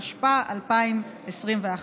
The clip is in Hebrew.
התשפ"א 2021,